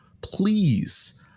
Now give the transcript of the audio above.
please